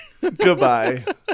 Goodbye